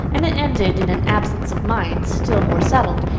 and it ended in an absence of mind still more settled.